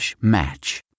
match